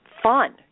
fun